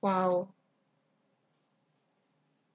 !wow!